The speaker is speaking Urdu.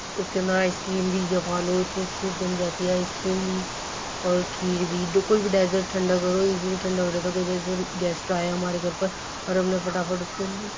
اُس کے اندر آئس کریم بھی جما لو اتنی اچھی جم جاتی ہے آئس کریم بھی اور کھیر بھی دو کوئی بھی ڈیزٹ ٹھنڈا کرو ایزیلی ٹھنڈا ہو جاتا کوئی جیسے گیسٹ آئے ہمارے گھر پر اور ہم نے فٹا فٹ اُس کے